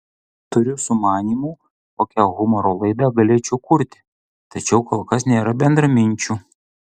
turiu sumanymų kokią humoro laidą galėčiau kurti tačiau kol kas nėra bendraminčių